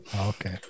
Okay